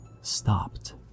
stopped